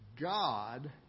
God